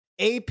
AP